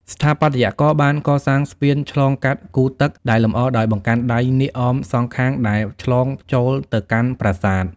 ស្ថាបត្យករបានកសាងស្ពានឆ្លងកាត់គូទឹក ដែលលម្អដោយបង្កាន់ដៃនាគអមសងខាងផ្លូវដែលឆ្លងចូលទៅកាន់ប្រាសាទ។